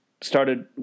started